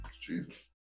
Jesus